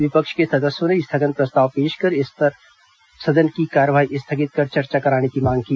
विपक्ष के सदस्यों ने स्थगन प्रस्ताव पेश कर इस पूरे मामले में सदन की कार्यवाही स्थगित कर चर्चा कराने की मांग की